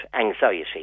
anxiety